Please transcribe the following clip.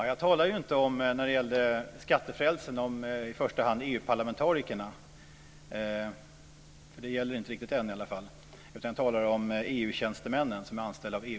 Herr talman! Jag talade inte när det gäller skattefrälse i första hand om EU-parlamentarikerna, för det gäller inte riktigt än, utan jag talade om EU